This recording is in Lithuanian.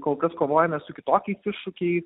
kol kas kovojame su kitokiais iššūkiais